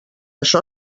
això